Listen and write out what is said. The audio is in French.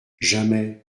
jamais